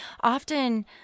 often